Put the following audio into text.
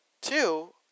Two